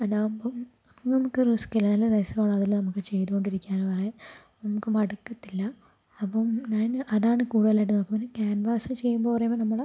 അതാകുമ്പം നമുക്ക് റിസ്ക്കില്ല നല്ല രസ്സമാണ് അതില് നമുക്ക് ചെയ്തോണ്ടിരിക്കാൻന്ന് പറയാൻ നമുക്ക് മടുക്കത്തില്ല അപ്പം ഞാന് അതാണ് കൂടുതലായിട്ടും നോക്കുക പിന്നെ ക്യാൻവാസ് ചെയ്യുമ്പോൾ പറയുമ്പോൾ നമ്മള്